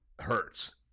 hurts